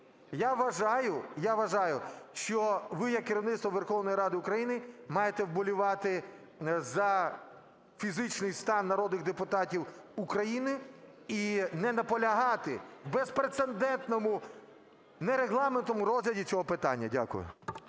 Я вважаю, що ви як керівництво Верховної Ради України маєте вболівати за фізичний стан народних депутатів України і не наполягати на безпрецедентному, нерегламентному розгляді цього питання. Дякую.